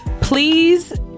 Please